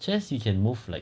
chess you can move like